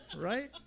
right